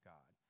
God